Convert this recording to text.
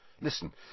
Listen